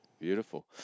beautiful